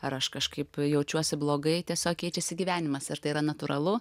ar aš kažkaip jaučiuosi blogai tiesiog keičiasi gyvenimas ir tai yra natūralu